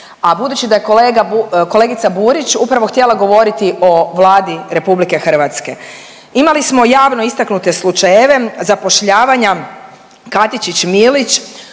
a budući da je kolegica Burić upravo htjela govoriti o Vladi RH. Imali smo javno istaknute slučajeve zapošljavanja Katičić, Milić